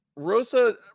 rosa